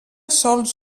sòls